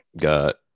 got